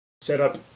setup